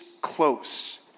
close